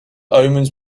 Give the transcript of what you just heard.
omens